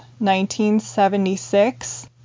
1976